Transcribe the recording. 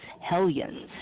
Hellions